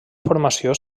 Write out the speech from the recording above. formació